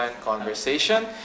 conversation